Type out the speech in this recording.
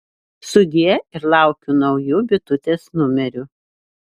sudie ir laukiu naujų bitutės numerių